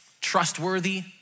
Trustworthy